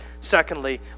Secondly